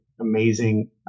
amazing